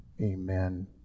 amen